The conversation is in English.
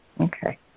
Okay